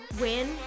win